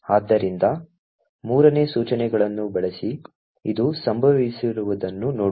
ಆದ್ದರಿಂದ 3 ಸೂಚನೆಗಳನ್ನು ಬಳಸಿ ಇದು ಸಂಭವಿಸುವುದನ್ನು ನೋಡೋಣ